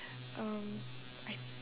um I